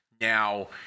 Now